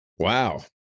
Wow